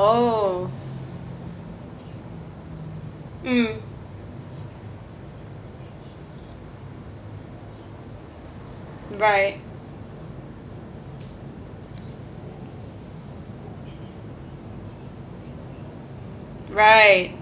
oh mm right right